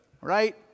Right